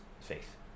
faith